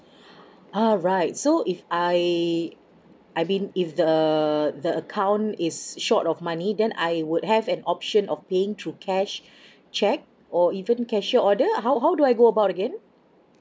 alright so if I I mean if the the account is short of money then I would have an option of paying through cash cheque or even cashier order how how do I go about again